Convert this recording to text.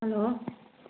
hello